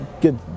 good